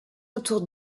autour